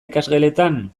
ikasgeletan